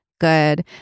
good